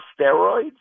steroids